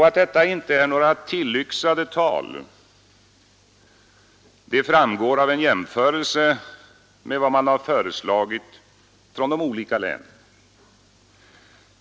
Att detta inte är några tillyxade tal framgår av en jämförelse med vad man föreslagit från de olika länen.